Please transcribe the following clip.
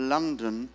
London